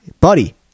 buddy